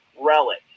relic